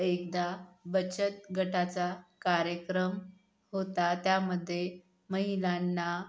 एकदा बचतगटाचा कार्यक्रम होता त्यामध्ये महिलांना